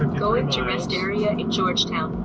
going to rest area georgetown,